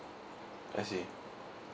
I see